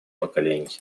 поколений